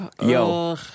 Yo